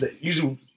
usually